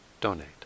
donate